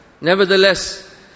Nevertheless